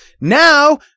now